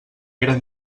eren